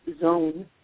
zone